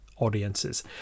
audiences